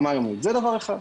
זה דבר אחד.